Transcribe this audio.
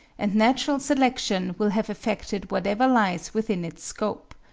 and natural selection will have effected whatever lies within its scope.